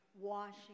washing